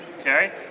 Okay